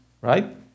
right